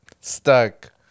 Stuck